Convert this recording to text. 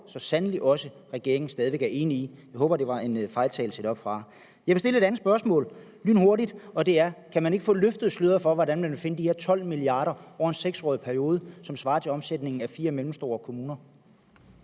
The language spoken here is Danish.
jeg sandelig også at regeringen stadig væk er enig i. Jeg håber, at det var en fejltagelse deroppefra. Jeg vil stille et andet spørgsmål lynhurtigt, og det er: Kan man ikke få løftet sløret for, hvordan man vil finde de her 12 mia. kr. over en 6-årig periode, som svarer til omsætningen i fire mellemstore kommuner?